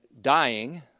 Dying